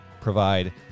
provide